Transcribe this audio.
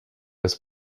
was